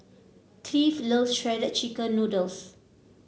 Cleve loves Shredded Chicken Noodles